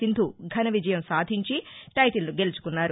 సింధు ఘనవిజయం సాధించి టైటిల్ను గెలుచుకున్నారు